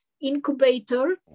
incubator